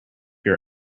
your